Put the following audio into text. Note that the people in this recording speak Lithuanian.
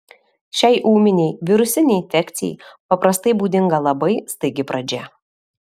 šiai ūminei virusinei infekcijai paprastai būdinga labai staigi pradžia